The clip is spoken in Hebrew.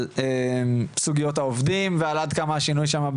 על סוגיות העובדים ועל כמה השינוי שם הוא